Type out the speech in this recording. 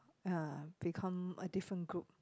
uh become a different group